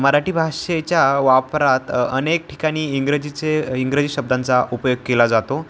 मराठी भाषेच्या वापरात अनेक ठिकाणी इंग्रजीचे इंग्रजी शब्दांचा उपयोग केला जातो